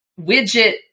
widget